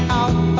out